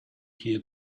here